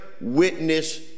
witness